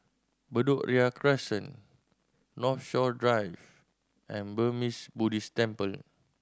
Bedok Ria Crescent Northshore Drive and Burmese Buddhist Temple